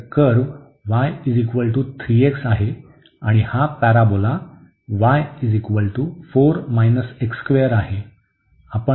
तर curve y 3x आहे आणि हा पॅराबोला आहे